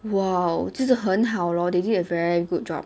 !wow! 真的很好 lor they did a very good job